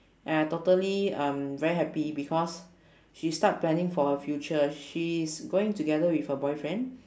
and I totally um very happy because she start planning for her future she is going together with her boyfriend